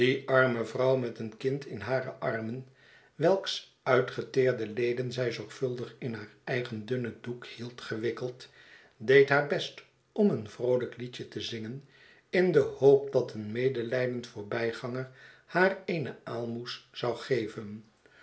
arme vrouw met een kind in hare armen welks uitgeteerde leden zij zorgvuldig in haar eigen dunnen doek hield gewikk eld deed haar best om een vroolijk liedje te zingen in de hoop dat een medelijdend voorbijganger haar eene aalmoes zou geven